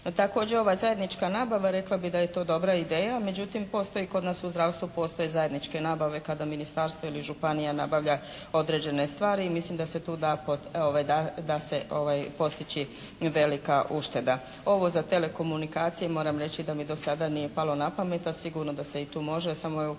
Također ova zajednička nabava, rekla bih da je to dobra ideja, međutim postoji kod nas u zdravstvu postoje zajedničke nabave kada ministarstvo ili županija nabavlja određene stvari i mislim da se tu da, da se postići velika ušteda. Ovo za telekomunikacije moram reći da mi do sada nije palo na pamet, a sigurno da se i tu može, samo bilo